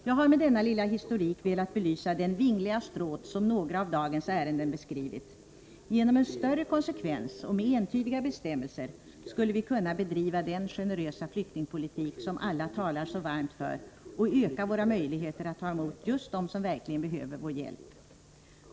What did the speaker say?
Jag har med denna lilla historik velat belysa den vingliga stråt som några av dagens ärenden beskrivit. Genom en större konsekvens och med entydiga bestämmelser skulle vi kunna bedriva den generösa flyktingpolitik som alla talar så varmt för och öka våra möjligheter att ta emot just dem som verkligen behöver vår hjälp.